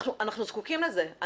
אנחנו זקוקים לזה.